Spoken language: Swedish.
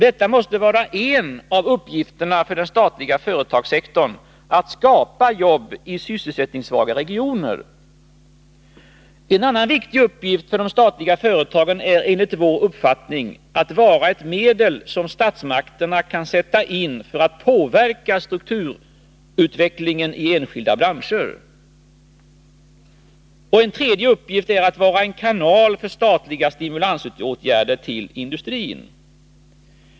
Detta måste vara en av uppgifterna för den statliga företagssektorn: att skapa jobb i sysselsättningssvaga regioner. En annan viktig uppgift för de statliga företagen är enligt vår uppfattning att vara ett medel som statsmakterna kan sätta in för att påverka strukturutvecklingen i enskilda branscher. En tredje uppgift är att vara en kanal för statliga stimulansåtgärder till industrin.